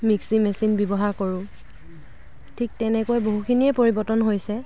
mixie machine ব্যৱহাৰ কৰোঁ ঠিক তেনেকৈ বহুখিনিয়েই পৰিবৰ্তন হৈছে